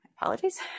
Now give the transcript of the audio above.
Apologies